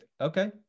Okay